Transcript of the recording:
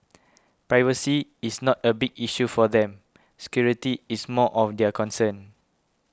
privacy is not a big issue for them security is more of their concern